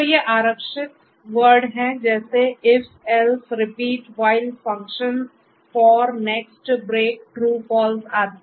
तो ये आरक्षित वार्ड हैं जैसे if else repeat while function for next break true false आदि